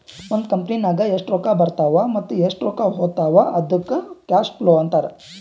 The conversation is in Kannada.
ಒಂದ್ ಕಂಪನಿನಾಗ್ ಎಷ್ಟ್ ರೊಕ್ಕಾ ಬರ್ತಾವ್ ಮತ್ತ ಎಷ್ಟ್ ರೊಕ್ಕಾ ಹೊತ್ತಾವ್ ಅದ್ದುಕ್ ಕ್ಯಾಶ್ ಫ್ಲೋ ಅಂತಾರ್